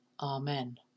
Amen